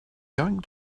going